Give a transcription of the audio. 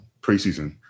preseason